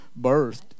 birthed